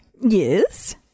Yes